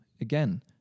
Again